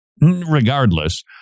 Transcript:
regardless